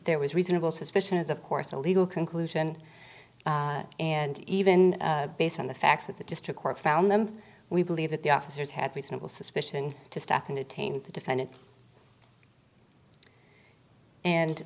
there was reasonable suspicion is of course a legal conclusion and even based on the facts that the district court found them we believe that the officers had reasonable suspicion to step in to taint the defendant and